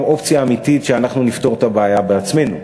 אופציה אמיתית שאנחנו נפתור את הבעיה בעצמנו.